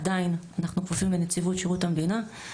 עדיין אנחנו כפופים לנציבות שירות המדינה.